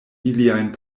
iliajn